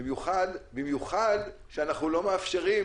במיוחד, במיוחד כשאנחנו לא מאפשרים